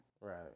Right